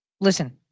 Listen